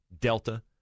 Delta